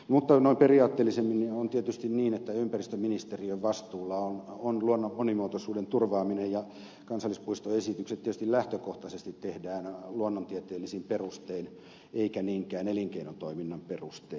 mutta noin periaatteellisemmin on tietysti niin että ympäristöministeriön vastuulla on luonnon monimuotoisuuden turvaaminen ja kansallispuistoesitykset tietysti lähtökohtaisesti tehdään luonnontieteellisin perustein eikä niinkään elinkeinotoiminnan perustein